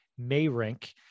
Mayrink